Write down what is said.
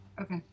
Okay